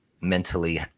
mentally